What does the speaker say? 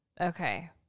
okay